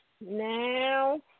Now